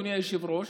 אדוני היושב-ראש,